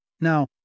Now